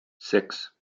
six